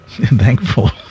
Thankful